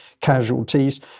casualties